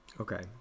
Okay